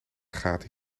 gaten